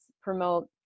promote